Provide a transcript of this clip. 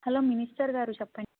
hello minister గారు చెప్పండి